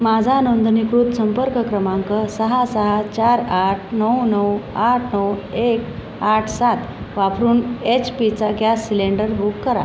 माझा नोंदणीकृत संपर्क क्रमांक सहा सहा चार आठ नऊ नऊ आठ नऊ एक आठ सात वापरून एच पीचा गॅस सिलेंडर बुक करा